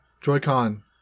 Joy-Con